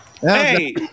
Hey